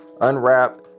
unwrap